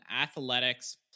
athletics